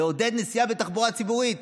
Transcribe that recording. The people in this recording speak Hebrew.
לעודד נסיעה בתחבורה הציבורית.